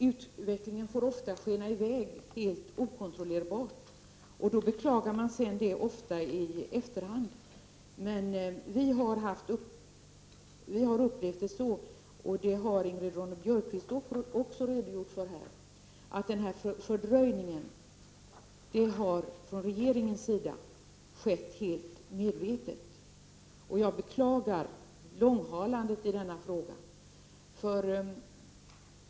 Utvecklingen får ofta skena i väg helt okontrollerbart, vilket man sedan beklagar i efterhand. Vi i utskottet har upplevt, vilket också Ingrid Ronne-Björkqvist har redogjort för här, att fördröjningen har skett helt medvetet från regeringens sida. Jag beklagar långhalandet i denna fråga.